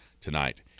tonight